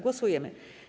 Głosujemy.